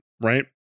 right